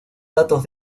datos